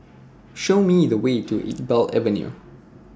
Show Me The Way to Iqbal Avenue